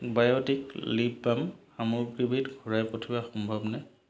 Biotique lip balm সামগ্ৰীবিধ ঘূৰাই পঠিওৱা সম্ভৱনে